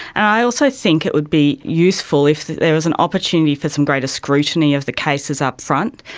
i also think it would be useful if there was an opportunity for some greater scrutiny of the cases upfront,